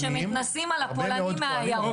אני מבקשת שתמנע ממנה לקחת לי את זכות הדיבור.